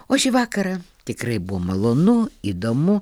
o šį vakarą tikrai buvo malonu įdomu